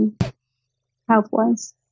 health-wise